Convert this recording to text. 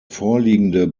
vorliegende